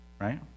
right